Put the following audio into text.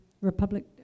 Republic